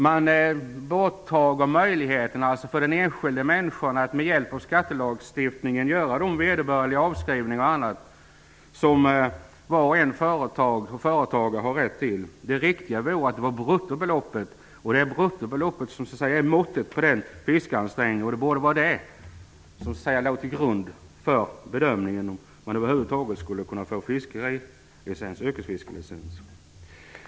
Man tar bort möjligheterna för den enskilda människan att med hjälp av skattelagstiftningen göra de verderbörliga avskrivningar och annat som varje företagare har rätt till. Det riktiga vore att det var bruttobeloppet som räknades. Det är bruttobeloppet som är måttet på fiskeansträngningen. Det borde ligga till grund för bedömningen om man skall kunna få yrkesfiskelicens.